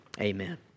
Amen